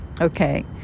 Okay